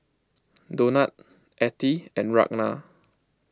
Donat Ethie and Ragna